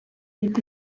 від